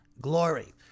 glory